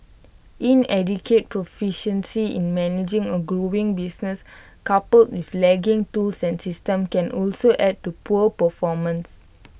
inadequate proficiency in managing A growing business coupled with lagging tools and systems can also add to poor performance